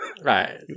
Right